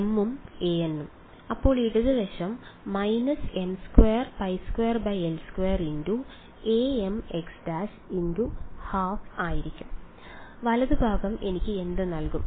m am അപ്പോൾ ഇടത് വശം − m2π2l2amx′ × 12 ആയിരിക്കും വലതുഭാഗം എനിക്ക് എന്ത് നൽകും